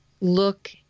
look